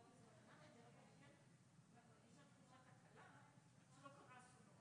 אני עשיתי ספירה קלה של כמה פעמים מופיעים מילים: